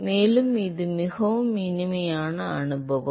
மேலும் இது மிகவும் இனிமையான அனுபவம்